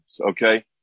okay